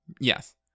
Yes